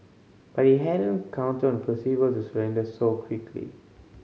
but he hadn't counted on Percival to surrender so quickly